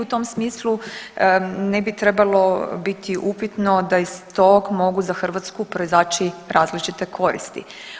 I u tom smislu ne bi trebalo biti upitno da iz tog mogu za Hrvatsku proizaći različite koristi.